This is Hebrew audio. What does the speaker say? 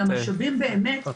אלא משאבים באמת.